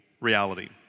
reality